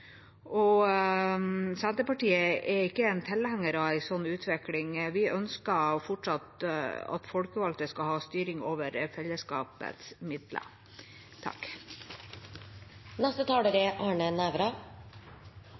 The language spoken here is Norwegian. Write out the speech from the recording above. direktorat. Senterpartiet er ikke tilhenger av en slik utvikling. Vi ønsker fortsatt at folkevalgte skal ha styring over fellesskapets midler.